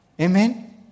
Amen